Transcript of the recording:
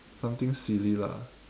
something silly lah